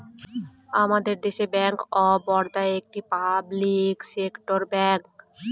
আমাদের দেশে bank of Baroda একটি পাবলিক সেক্টর ব্যাঙ্ক